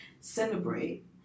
celebrate